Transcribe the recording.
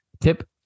Tip